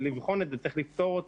יגיעו לבית התלמיד וככל שזה לא אפשרי,